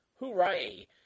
Hooray